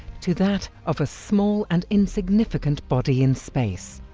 to that of a small and insignificant body in space.